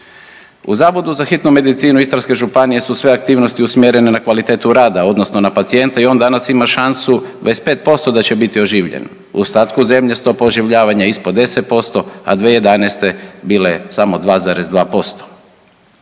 U Zavodu za hitnu medicinu Istarske županije su sve aktivnosti usmjerene na kvalitetu rada odnosno na pacijente i on danas ima šansu 25% da će biti oživljen. U ostatku zemlje stopa oživljavanja je ispod 10%, a 11. bila je samo 2,2%.